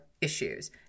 issues